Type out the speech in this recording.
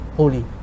holy